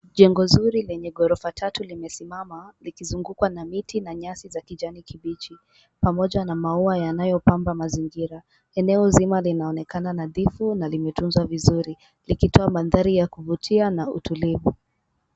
Jengo zuri lenye ghorofa tatu limesimama likizungukwa na miti na nyasi za kijani kibichi pamoja na maua yanayopamba mazingira. Eneo nzima linaonekana nadhifu na imetunzwa vizuri likitoa mandhari ya kuvutia na utulivu.